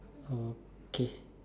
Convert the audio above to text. okay